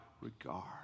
regard